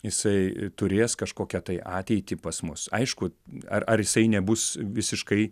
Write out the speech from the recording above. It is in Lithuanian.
jisai turės kažkokią tai ateitį pas mus aišku ar ar jisai nebus visiškai